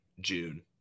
June